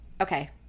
Okay